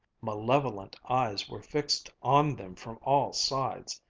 malevolent eyes were fixed on them from all sides.